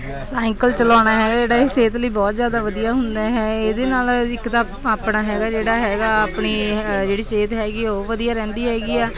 cycle ਚਲਾਉਣਾ ਹੈ ਜਿਹੜਾ ਇਹ ਸਿਹਤ ਲਈ ਬਹੁਤ ਜ਼ਿਆਦਾ ਵਧੀਆ ਹੁੰਦਾ ਹੈ ਇਹਦੇ ਨਾਲ ਇੱਕ ਤਾਂ ਆਪਣਾ ਹੈਗਾ ਜਿਹੜਾ ਹੈਗਾ ਆਪਣੀ ਜਿਹੜੀ ਸਿਹਤ ਹੈਗੀ ਉਹ ਵਧੀਆ ਰਹਿੰਦੀ ਹੈਗੀ ਆ